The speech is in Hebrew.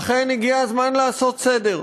אכן, הגיע הזמן לעשות סדר.